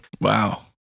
Wow